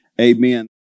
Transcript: Amen